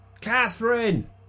Catherine